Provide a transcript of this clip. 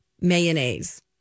mayonnaise